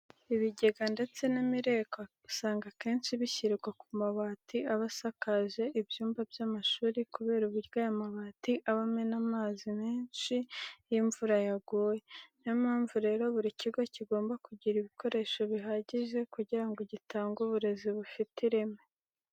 Ibigega ndetse n'imireko usanga akenshi bishyirwa ku mabati aba asakaje ibyumba by'amashuri kubera uburyo aya mabati aba amena amazi menshi iyo imvura yaguye. Niyo mpamvu rero buri kigo kigomba kugira ibikoresho bihagije kugira ngo gitange uburezi bufite ireme.